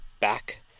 back